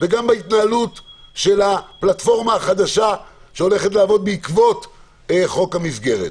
וגם בהתנהלות של הפלטפורמה החדשה שהולכת לעבוד בעקבות חוק המסגרת.